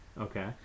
Okay